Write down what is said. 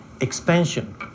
expansion